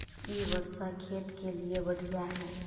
इ वर्षा खेत के लिए बढ़िया है?